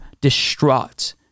distraught